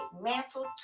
mantle